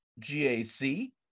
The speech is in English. GAC